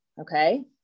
Okay